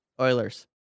Oilers